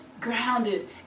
grounded